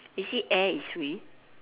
you see air is free